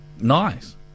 Nice